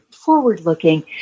forward-looking